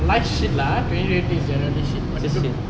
shit lah twenty twenty is genuinely shit what to do